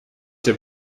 der